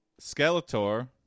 Skeletor